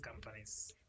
companies